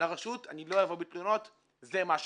לרשות אני לא אבוא בתלונות, זה מה שהם.